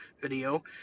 video